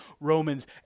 Romans